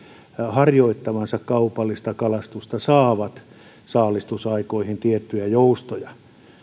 harjoittavansa kaupallista kalastusta saavat saalistusaikoihin tiettyjä joustoja